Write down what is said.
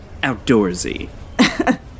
outdoorsy